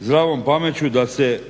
zdravom pameću da se